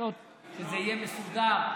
שזה יהיה מסודר,